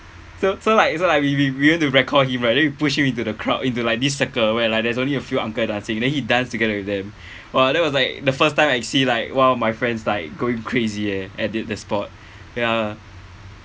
so so like so like we we we want to record him then we push him into the crowd into like this circle where like there's only a few uncle dancing then he danced together with them !wah! that was like the first time I see like one of my friends like going crazy eh at that the spot ya